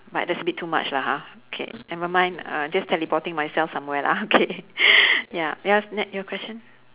but that's a bit too much lah ha okay never mind uh just teleporting myself somewhere lah okay ya yes ne~ your question